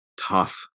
tough